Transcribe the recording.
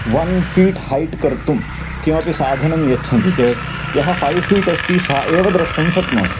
one feet height कर्तुं किमपि साधनं यच्छन्ति चेत् यः फ़ैव् फ़ीट् अस्ति सा एव द्रष्टुं शक्नोति